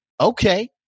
Okay